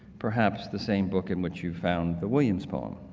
perhaps the same book in which you found the williams poem.